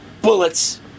bullets